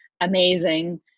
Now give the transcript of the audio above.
amazing